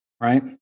Right